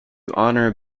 honor